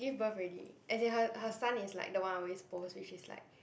give birth already as in her her son is like the one I always post which is like